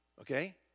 Okay